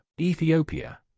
Ethiopia